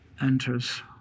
enters